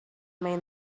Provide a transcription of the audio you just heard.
may